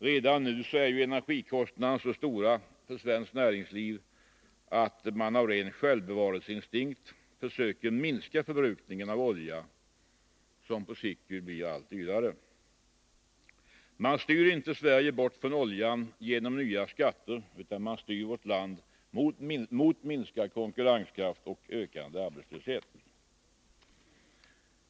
Redan nu är energikostnaderna så stora för svenskt näringsliv att företagen av ren självbevarelseinstinkt försöker minska förbrukningen av olja, som på sikt blir allt dyrare. Man styr inte Sverige bort från oljan genom nya skatter, utan man styr vårt land mot minskad konkurrenskraft och ökande arbetslöshet.